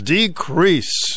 decrease